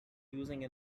using